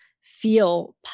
feel